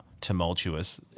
tumultuous